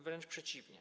Wręcz przeciwnie.